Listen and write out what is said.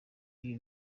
ibi